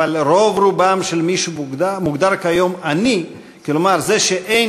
אבל רוב-רובם של מי שמוגדרים כיום "עני" כלומר זה שאין